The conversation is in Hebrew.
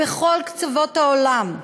בכל קצוות העולם.